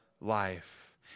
life